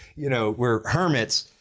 you know, we're hermits.